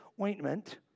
ointment